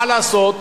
מה לעשות?